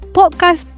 Podcast